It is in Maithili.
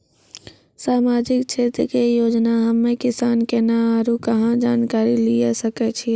समाजिक क्षेत्र के योजना हम्मे किसान केना आरू कहाँ जानकारी लिये सकय छियै?